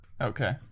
Okay